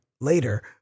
later